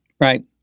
Right